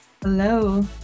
Hello